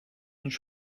d’une